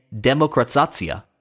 democratization